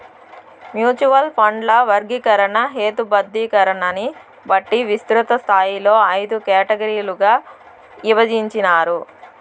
mutual ఫండ్ల వర్గీకరణ, హేతబద్ధీకరణని బట్టి విస్తృతస్థాయిలో అయిదు కేటగిరీలుగా ఇభజించినారు